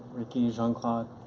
rickey, jean-claude.